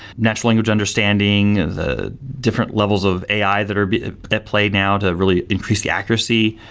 natural language understanding, the different levels of ai that are at play now to really increase the accuracy,